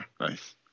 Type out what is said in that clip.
nice